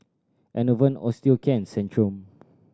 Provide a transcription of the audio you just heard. Enervon Osteocare and Centrum